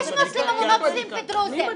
חנין תודה.